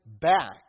back